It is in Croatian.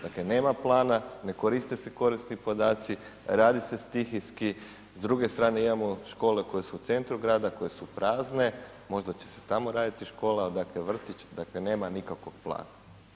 Dakle, nema plana, ne koriste se korisni podaci, radi se stihijski, s druge strane imamo škole koje su u centru grada, koje su prazne, možda će se tamo raditi škola, dakle vrtić, dakle nema nikakvog plana.